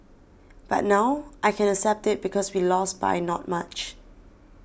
but now I can accept it because we lost by not much